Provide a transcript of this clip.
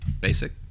basic